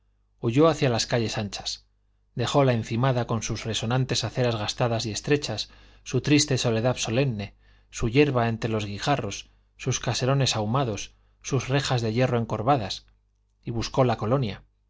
huyó hacia las calles anchas dejó la encimada con sus resonantes aceras gastadas y estrechas su triste soledad solemne su hierba entre los guijarros sus caserones ahumados sus rejas de hierro encorvadas y buscó la colonia